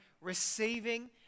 receiving